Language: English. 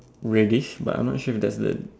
reddish but I'm not sure if that's the